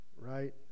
right